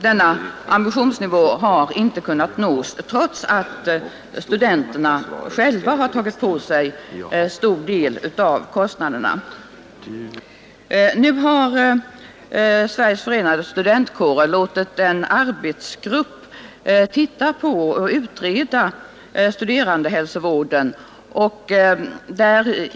Denna ambitionsnivå har inte kunnat nås trots att studenterna själva har tagit på sig en stor del av kostnaderna. Sveriges Förenade studentkårer har låtit en arbetsgrupp utreda studerandehälsovården.